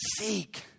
seek